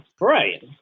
right